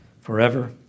forever